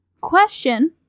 question